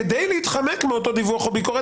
כדי להתחמק מאותו דיווח או ביקורת,